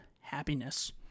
happiness